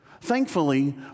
Thankfully